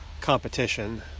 competition